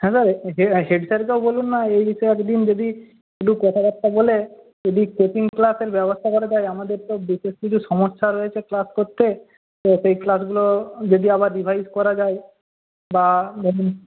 hello হেডস্যারকেও বলুন না এই বিষয়ে একদিন যদি একটু কথাবার্তা বলে যদি কোচিং ক্লাসের ব্যবস্থা করা যায় আমাদের তো বিশেষ কিছু সমস্যা রয়েছে ক্লাস করতে তো সেই ক্লাসগুলো যদি আবার রিভাইস করা যায় বা যদি